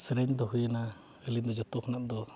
ᱥᱮᱨᱮᱧ ᱫᱚ ᱦᱩᱭᱱᱟ ᱟᱹᱞᱤᱧ ᱫᱚ ᱡᱚᱛᱚ ᱠᱷᱚᱱᱟᱜ ᱫᱚ